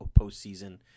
postseason